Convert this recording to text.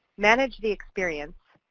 manage the experience,